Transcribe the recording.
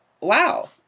wow